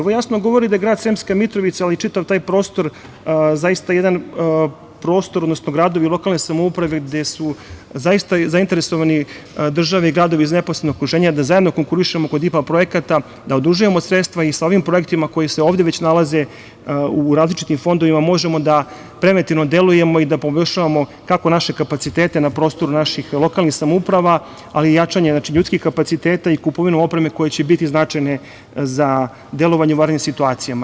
Ovo jasno govori da grad Sremska Mitrovica, ali i čitav taj prostor, zaista jedan prostor, odnosno gradovi i lokalne samouprave, gde su zaista zainteresovani države i gradovi, iz neposrednog okruženja, da zajedno konkurišemo kod IPA projekta, da odužujemo sredstva i sa ovim projektima, koji se ovde već nalaze u različitim fondovima, možemo da preventivno delujemo i da poboljšavamo, kako naše kapacitete na prostoru naših lokalnih samouprava, ali i jačanje ljudskih kapaciteta i kupovinu opreme koja će biti značajna za delovanje u vanrednim situacijama.